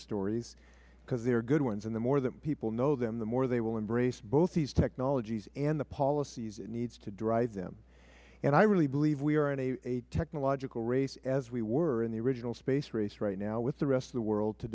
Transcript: stories because they are good ones and the more that people know them the more they will embrace both of these technologies and the policies they need to drive them i believe we are in a technological race as we were in the original space race right now with the rest of the world to